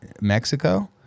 mexico